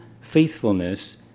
faithfulness